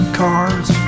cars